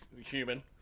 human